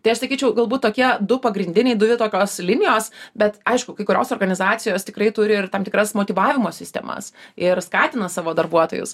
tai aš sakyčiau galbūt tokie du pagrindiniai dujų tokios linijos bet aišku kai kurios organizacijos tikrai turi ir tam tikras motyvavimo sistemas ir skatina savo darbuotojus